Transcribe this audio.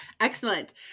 Excellent